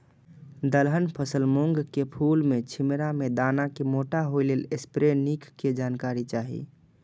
दलहन फसल मूँग के फुल में छिमरा में दाना के मोटा होय लेल स्प्रै निक के जानकारी चाही?